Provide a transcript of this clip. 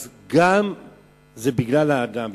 זה בגלל האדם.